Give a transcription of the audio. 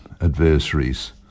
adversaries